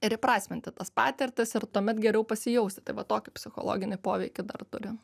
ir įprasminti tas patirtas ir tuomet geriau pasijausi tai va tokį psichologinį poveikį dar turi